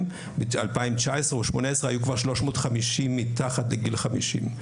ב-2019 או ב-2018 היו 350 מקרים מתחת לגיל 50,